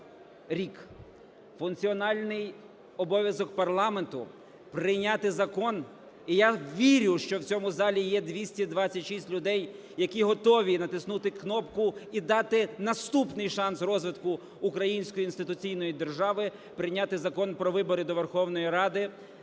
рік? Функціональний обов'язок парламенту – прийняти закон. І я вірю, що в цьому залі є 226 людей, які готові натиснути кнопку і дати наступний шанс розвитку української інституційної держави: прийняти Закон про вибори до Верховної Ради